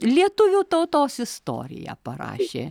lietuvių tautos istoriją parašė